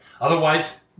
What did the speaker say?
otherwise